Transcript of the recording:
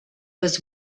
was